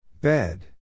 Bed